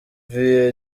vie